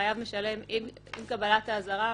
חייב משלם עם קבלת האזהרה,